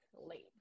late